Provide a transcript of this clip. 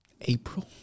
april